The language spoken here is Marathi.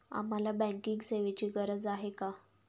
आम्हाला बँकिंग सेवेची गरज का आहे?